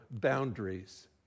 boundaries